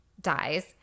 dies